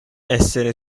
essere